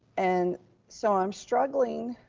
and so i'm struggling,